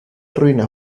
ruina